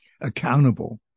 accountable